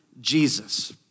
Jesus